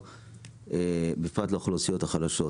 נותן שירות בפרט לאוכלוסיות החלשות.